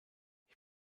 ich